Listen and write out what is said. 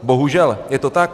Bohužel, je to tak.